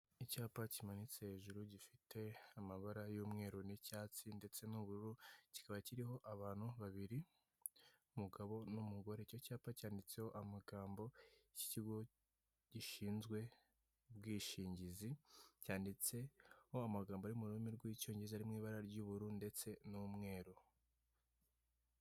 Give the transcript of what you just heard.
Inyubako nini nziza ifite ibyumba bine n'ubwogero butatu. Ifite imbuga yubakishijwe amapave, ndetse n'ubusitani burimo indabo, ikodeshwa amafaranga y'u Rwanda ibihumbi magana atandatu iherereye Kagarama.